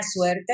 Suerte